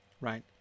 right